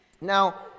Now